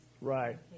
right